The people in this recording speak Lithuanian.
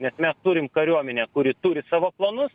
nes mes turim kariuomenę kuri turi savo planus